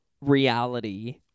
reality